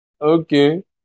Okay